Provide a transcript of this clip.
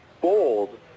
bold